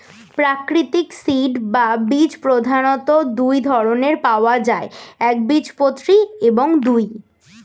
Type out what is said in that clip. প্রাকৃতিক সিড বা বীজ প্রধানত দুই ধরনের পাওয়া যায় একবীজপত্রী এবং দুই